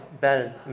balance